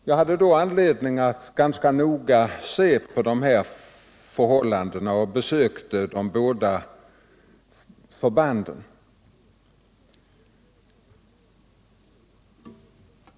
Jag hade då anledning att ganska noga se på de här förhållandena, och jag besökte de båda förbanden.